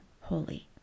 holy